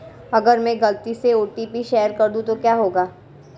अगर मैं गलती से ओ.टी.पी शेयर कर दूं तो क्या होगा?